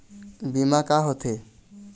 बीमा का होते?